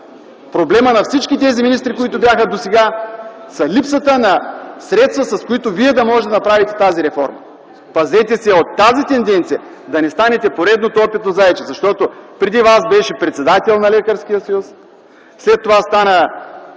проблемът на всички тези министри, които бяха досега, са липсата на средства, с които Вие да можете да направите тези реформи. Пазете се от тази тенденция, за да не станете поредното опитно зайче. Защото преди Вас министър беше председател на Лекарския съюз, след това стана